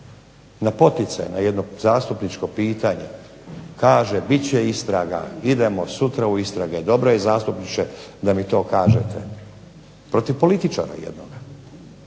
na poticaj na jedno zastupničko pitanje kaže bit će istraga, idemo sutra u istrage, dobro je zastupniče da mi to kažete. Protiv političara jednoga.